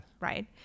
right